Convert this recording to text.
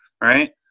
right